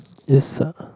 is uh